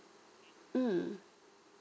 mm